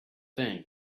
thing